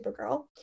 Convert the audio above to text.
Supergirl